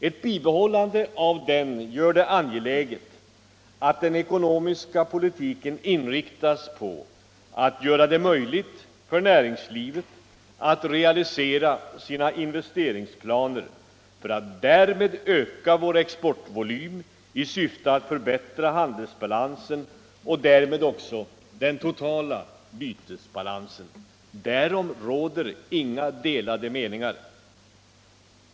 Ett bibehållande av den innebär att den ekonomiska politiken måste inriktas på att göra det möjligt för näringslivet att realisera sina investeringsplaner för att därmed öka vår exportvolym i syfte att förbättra handelsbalansen och därmed också den totala bytesbalansen. Därom råder inga delade meningar.